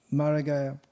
maragaya